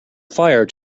fire